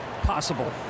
possible